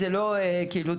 אין כוונתנו